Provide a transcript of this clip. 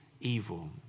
evil